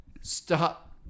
stop